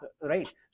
right